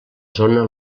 zona